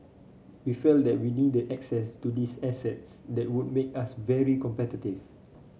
we felt that we needed access to these assets that would make us very competitive